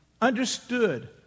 understood